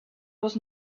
was